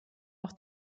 auf